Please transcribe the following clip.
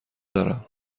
دارم